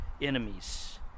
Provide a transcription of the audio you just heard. enemies